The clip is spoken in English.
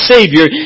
Savior